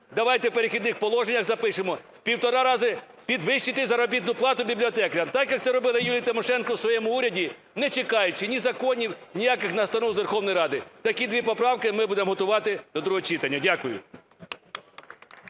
Давайте в "Перехідних положеннях" запишемо: в півтора рази підвищити заробітну плату бібліотекарям. Так, як це робила Юлія Тимошенко в своєму уряді, не чекаючи ні законів, ніяких настанов з Верховної Ради. Такі дві поправки ми будемо готувати до другого читання. Дякую.